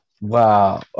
Wow